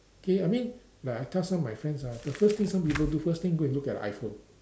K I mean like I tell some of my friends ah the first thing some people do first thing go and look at the iPhone